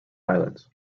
islands